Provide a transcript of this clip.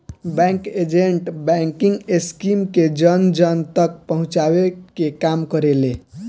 bank agent banking scheme के जन जन तक पहुंचावे के काम करेले